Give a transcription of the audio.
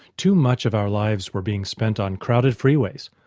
too much of our lives were being spent on crowded freeways.